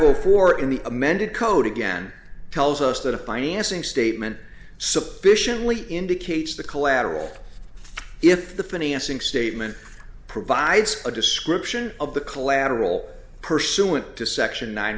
zero four in the amended code again tells us that a financing statement submission really indicates the collateral if the financing statement provides a description of the collateral pursuant to section nine